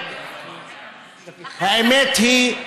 האמת היא,